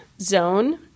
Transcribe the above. zone